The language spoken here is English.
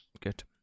Good